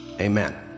amen